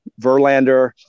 verlander